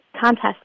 contest